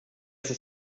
sig